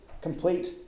complete